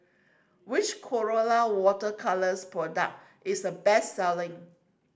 which Colora Water Colours product is the best selling